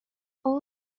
all